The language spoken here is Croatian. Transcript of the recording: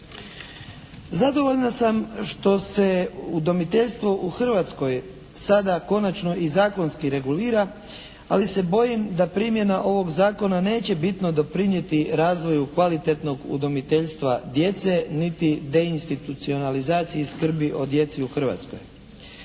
Zadovoljna sam što se udomiteljstvo u Hrvatskoj sada konačno i zakonski regulira ali se bojim da primjena ovog zakona neće bitno doprinijeti razvoju kvalitetnog udomiteljstva djece niti deinstitucionalizaciji skrbi o djeci u Hrvatskoj.